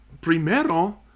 primero